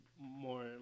more